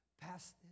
past